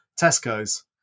Tesco's